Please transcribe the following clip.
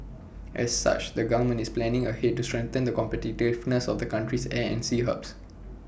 as such the government is planning ahead to strengthen the competitiveness of the country's air and sea hubs